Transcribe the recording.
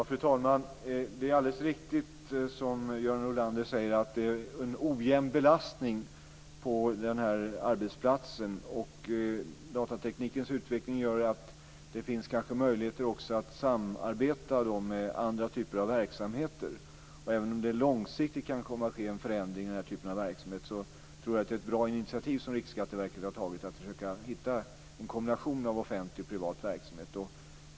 Fru talman! Det är alldeles riktigt som Göran Norlander säger att det är en ojämn belastning på arbetsplatsen. Datateknikens utveckling gör att det kanske finns möjligheter att samarbeta med andra typer av verksamheter. Även om det långsiktigt kan komma att ske en förändring i den här typen av verksamhet tror jag att Riksskatteverkets initiativ att försöka hitta en kombination av offentlig och privat verksamhet är bra.